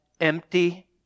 empty